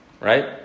right